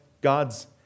God's